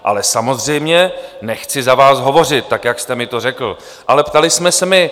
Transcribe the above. Ale samozřejmě nechci za vás hovořit, tak jak jste mi to řekl, ale ptali jsme se my.